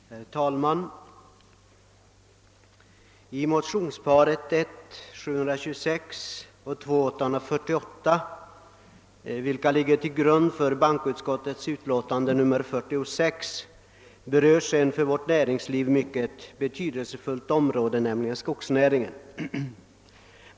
Herr talman! I motionsparet I: 726 och II: 848, vilket ligger till grund för bankoutskottets utlåtande nr 46, berörs ett för vårt näringsliv mycket betydelsefullt område, nämligen skogsnäringen.